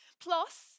Plus